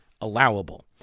allowable